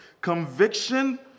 conviction